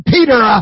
Peter